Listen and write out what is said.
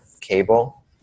cable